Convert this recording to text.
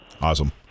Awesome